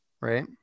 right